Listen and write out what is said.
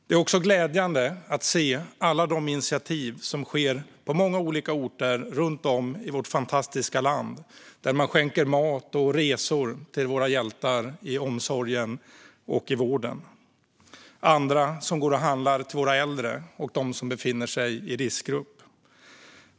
Det är glädjande att se alla de initiativ som tas på många olika orter runt om i vårt fantastiska land. Man skänker mat och resor till våra hjältar i omsorgen och vården. Andra går och handlar till våra äldre och dem som befinner sig i riskgrupp.